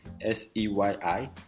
s-e-y-i